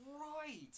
right